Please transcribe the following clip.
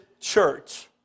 church